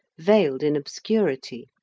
veiled in obscurity.